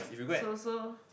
so so